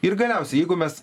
ir galiausiai jeigu mes